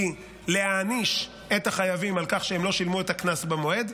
היא להעניש את החייבים על כך שהם לא שילמו את הקנס במועד,